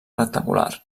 rectangular